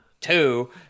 two